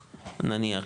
נניח,